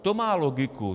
To má logiku.